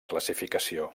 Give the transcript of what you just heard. classificació